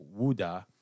Wuda